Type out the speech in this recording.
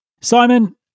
Simon